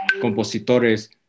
compositores